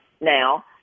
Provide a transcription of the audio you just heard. now